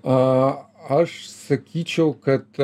a aš sakyčiau kad